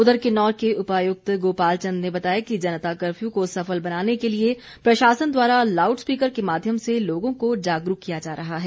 उधर किन्नौर के उपायुक्त गोपाल चंद ने बताया कि जनता कफ्यू को सफल बनाने के लिए प्रशासन द्वारा लाऊड स्पीकर के माध्यम से लोगों को जागरूक किया जा रहा है